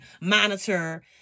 monitor